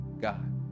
God